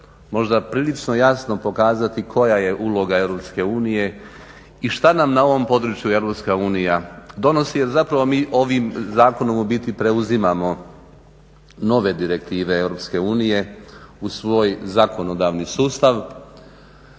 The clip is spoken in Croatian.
možda prilično jasno pokazati koja je uloga Europske unije i šta nam na ovom području Europska unija donosi jer zapravo mi ovim zakonom u biti preuzimamo nove direktive Europske unije u svoj zakonodavni sustav,